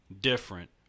different